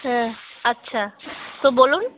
হ্যাঁ আচ্ছা তো বলুন